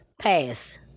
pass